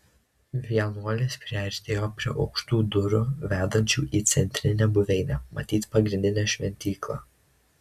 vienuolis priartėjo prie aukštų durų vedančių į centrinę buveinę matyt pagrindinę šventyklą